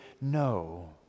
no